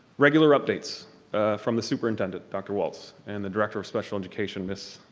regular updates from the superintendent, dr. walts and the director of special education ms.